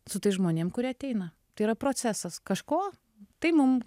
su tais žmonėm kurie ateina tai yra procesas kažko tai mum